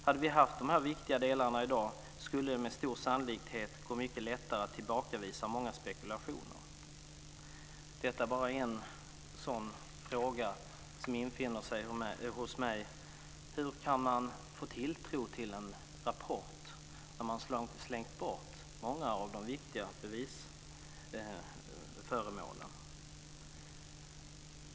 Hade vi i dag haft de här viktiga delarna skulle det med stor sannolikhet gå mycket lättare att tillbakavisa många spekulationer. En av de frågor som infinner sig hos mig är följande: Hur kan man få tilltro till en rapport när många av de viktiga bevisföremålen slängts bort?